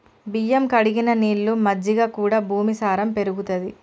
బియ్యం కడిగిన నీళ్లు, మజ్జిగ కూడా భూమి సారం పెరుగుతది